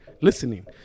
listening